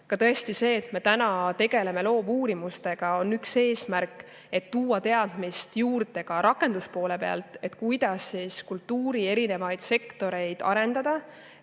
Tõesti, see, et me täna tegeleme loovuurimustega, on üks [viis], kuidas tuua teadmist juurde ka rakenduspoole pealt, et kuidas kultuuri erinevaid sektoreid arendada.